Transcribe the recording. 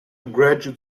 graduate